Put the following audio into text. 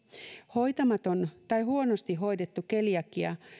hoitamaton tai huonosti hoidettu keliakia